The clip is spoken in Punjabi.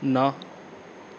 ਨਾ